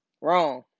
wrong